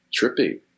trippy